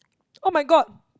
[oh]-my-god